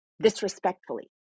disrespectfully